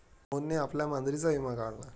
मोहनने आपल्या मांजरीचा विमा काढला